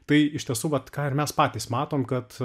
tai iš tiesų vat ką ir mes patys matom kad